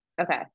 Okay